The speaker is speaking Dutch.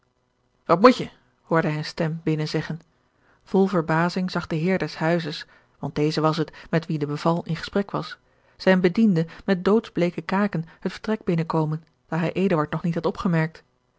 wat moet je hoorde hij een stem binnen zeggen vol verbazing zag de heer des huizes want deze was het met wien de beval in gesprek was zijn bediende met doodsbleeke kaken het vertrek binnen komen daar hij eduard nog niet had opgemerkt